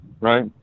Right